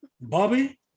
Bobby